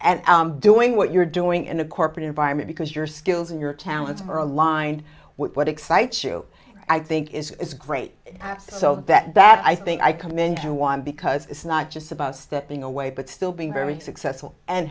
and doing what you're doing in a corporate environment because your skills and your talents are aligned what excites you i think is great so that bad i think i can mentor one because it's not just about stepping away but still being very successful and